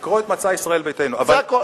לקרוא את מצע ישראל ביתנו, זה הכול.